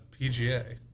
PGA